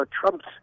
Trump's